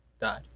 died